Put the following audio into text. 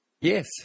Yes